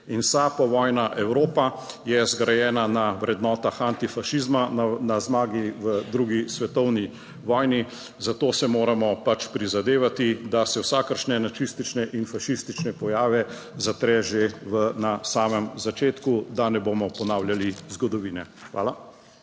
in vsa povojna Evropa je zgrajena na vrednotah antifašizma, na zmagi v drugi svetovni vojni, zato se moramo pač prizadevati, da se vsakršne nacistične in fašistične pojave zatre že na samem začetku, da ne bomo ponavljali zgodovine. Hvala.